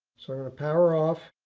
sort of power off.